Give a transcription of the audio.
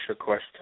question